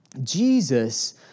Jesus